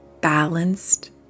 balanced